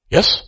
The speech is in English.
Yes